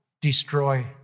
destroy